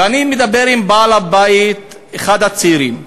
ואני מדבר עם בעל-הבית, אחד הצעירים.